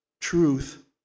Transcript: truth